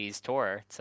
tour